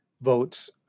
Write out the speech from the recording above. votes